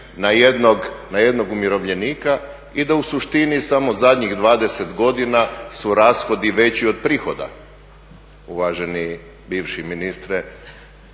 na jednog umirovljenika i da u suštini samo zadnjih 20 godina su rashodi veći od prihoda uvaženi bivši ministre,